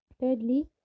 Thirdly